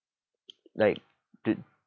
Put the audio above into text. like to